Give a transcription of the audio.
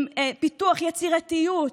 עם פיתוח יצירתיות,